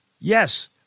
yes